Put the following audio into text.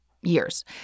years